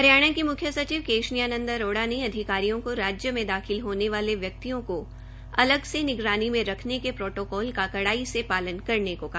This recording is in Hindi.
हरियाणा की मुख्य सचिव केशनी आनंद अरोड़ा ने अधिकारियों को राज्य में दाखिल होने वाले व्यक्तियों को अलग से निगरानी में रखने के प्रोटोकॉल का कड़ाई से पालन करने को कहा